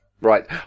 Right